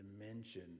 dimension